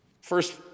first